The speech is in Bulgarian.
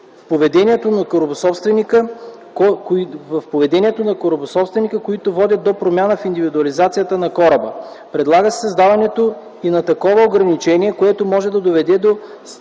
в поведението на корабособственика, които водят до промяна в индивидуализацията на кораба. Предлага се създаването и на такова ограничение, което може да доведе до